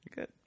Good